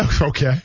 Okay